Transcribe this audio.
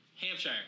Hampshire